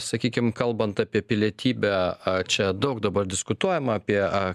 sakykim kalbant apie pilietybę a čia daug dabar diskutuojam apie ak